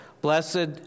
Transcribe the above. Blessed